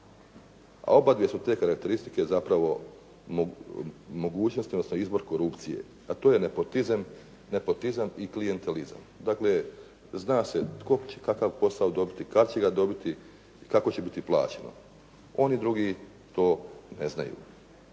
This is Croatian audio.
A obadvije su te karakteristike zapravo mogućnost odnosno izbor korupcije, a to je nepotizam i klijentalizam. Dakle, zna se tko će kakav posao dobiti, kada će ga dobiti i kako će biti plaćeno. Oni drugi to ne znaju.